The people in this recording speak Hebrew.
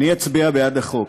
אני אצביע בעד החוק